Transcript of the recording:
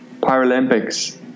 Paralympics